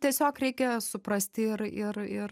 tiesiog reikia suprasti ir ir ir